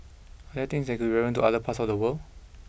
are there things that could relevant to other parts of the world